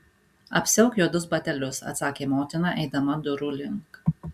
apsiauk juodus batelius atsakė motina eidama durų link